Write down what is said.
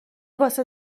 واسه